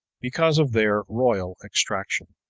because of their royal extraction.